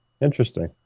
Interesting